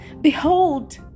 behold